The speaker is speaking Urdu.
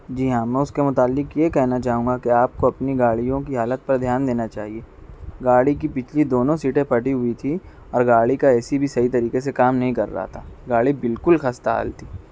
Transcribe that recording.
جی ہاں میں اس کے متعلق یہ کہنا چاہوں گا کہ آپ کو اپنی گاڑیوں کی حالت پر دھیان دینا چاہیے گاڑی کی پچھلی دونوں سیٹیں پھٹی ہوئی تھیں اور گاڑی کا اے سی بھی صحیح طریقے سے کام نہیں کر رہا تھا گاڑی بالکل خستہ حال تھی